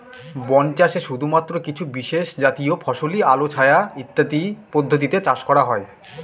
বন চাষে শুধুমাত্র কিছু বিশেষজাতীয় ফসলই আলো ছায়া ইত্যাদি পদ্ধতিতে চাষ করা হয়